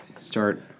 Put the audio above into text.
start